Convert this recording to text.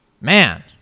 Man